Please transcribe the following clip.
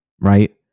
right